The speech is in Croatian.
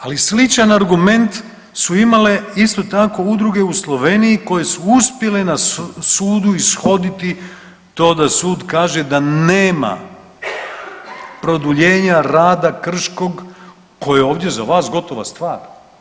Ali sličan argument su imale isto tako udruge u Sloveniji koje su uspjele na sudu ishoditi to da sud kaže da nema produljenja rada Krškog koje je ovdje za vas gotova stvar.